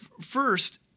first